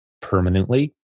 permanently